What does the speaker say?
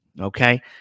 okay